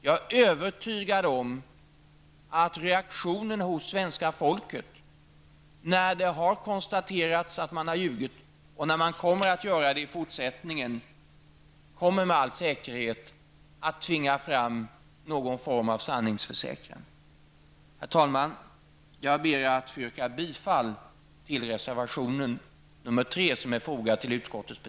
Jag är övertygad om att reaktionen hos svenska folket, när det har konstaterats att man har ljugit och när man kommer att göra det i fortsättningen, med all säkerhet kommer att tvinga fram någon form av sanningsförsäkran. Herr talman! Jag yrkar bifall till reservation nr 3